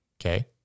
Okay